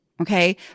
Okay